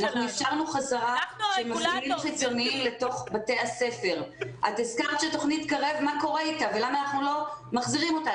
את שאלת מה קורה עם תוכנית קרב ולמה אנחנו לא מחזירים אותה,